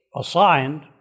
assigned